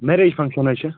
marriage function حظ چھِ